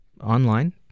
online